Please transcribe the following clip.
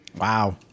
Wow